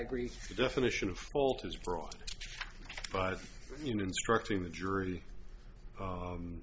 agrees definition of fault is brought by instructing the jury